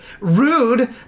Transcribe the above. Rude